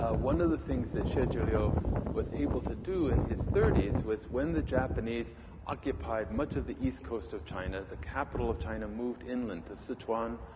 ah one of the things that xie yeah zhiliu was able to do in his thirties was when the japanese occupied much of the east coast of china, the capital of china moved inland to sichuan,